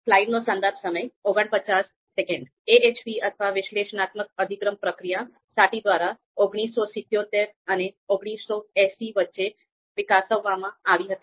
AHP અથવા વિશ્લેષણાત્મક અધિક્રમ પ્રક્રિયા Analytic Hierarchy Process સાટી દ્વારા 1977 અને 1980 ની વચ્ચે વિકસાવવામાં આવી હતી